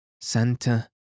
Santa